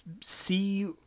see